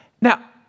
Now